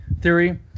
theory